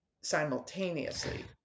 simultaneously